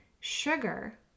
sugar